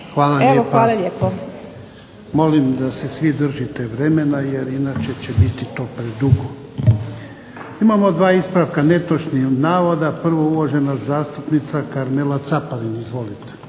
Hvala lijepa. Molim da se svi držite vremena jer inače će biti to predugo. Imamo dva ispravka netočnih navoda. Prvo uvažena zastupnica Karmela Caparin. Izvolite.